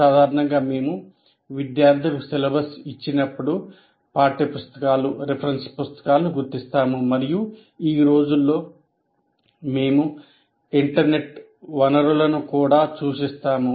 సాధారణంగా మేము విద్యార్థులకు సిలబస్ ఇచ్చినప్పుడు పాఠ్యపుస్తకాలు రిఫరెన్స్ పుస్తకాలను గుర్తిస్తాము మరియు ఈ రోజుల్లో మేము ఇంటర్నెట్ వనరులను కూడా సూచిస్తాము